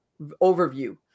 overview